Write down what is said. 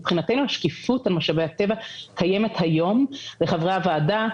מבחינתנו השקיפות על משאבי הטבע קיימת היום לחברי הוועדה,